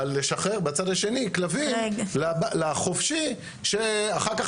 אבל לשחרר בצד השני כלבים לחופשי שאחר כך